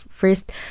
First